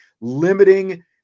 limiting